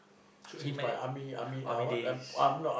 true he mana~ army days